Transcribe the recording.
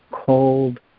cold